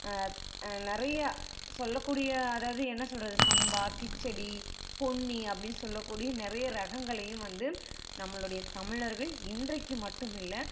நிறையா சொல்லக்கூடிய அதாவது என்ன சொல்கிறது சம்பா கிச்சடி பொன்னி அப்படின்னு சொல்லக்கூடிய நிறைய ரகங்களையும் வந்து நம்மளுடைய தமிழர்கள் இன்றைக்கு மட்டும் இல்லை